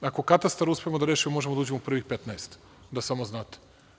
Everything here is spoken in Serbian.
Ako katastar uspemo da rešimo, možemo da uđemo u prvih 15, da samo znate.